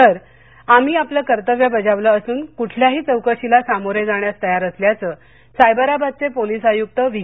तर आम्ही आपलं कर्तव्य बजावलं असून कुठल्याही चौकशीला सामोरे जाण्यास तयार असल्याचं सायबराबादचे पोलीस आयुक्त व्ही